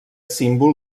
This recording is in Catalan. símbol